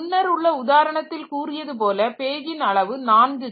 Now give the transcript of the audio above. முன்னர் உள்ள உதாரணத்தில் கூறியது போல பேஜின் அளவு 4K